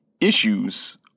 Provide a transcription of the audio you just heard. issues